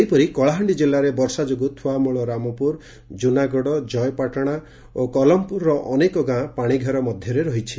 ସେହିପରି କଳାହାଣ୍ଡି ଜିଲ୍ଲାରେ ବର୍ଷା ଯୋଗୁଁ ଥୁଆମୂଳ ରାମପୁର ଜୁନାଗଡ଼ କୟପାଟଣା ଓ କଲମପୁରର ଅନେକ ଗାଁ ପାଶିଘେରରେ ରହିଛି